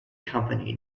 company